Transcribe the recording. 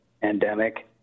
pandemic